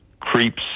creeps